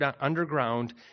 underground